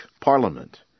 PARLIAMENT